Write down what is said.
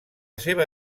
seva